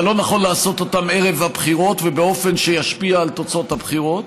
אבל לא נכון לעשות אותם ערב הבחירות ובאופן שישפיע על תוצאות הבחירות.